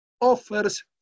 offers